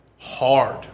hard